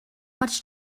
much